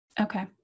Okay